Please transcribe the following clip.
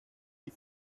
die